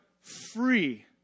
free